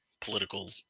political